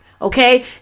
okay